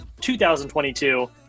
2022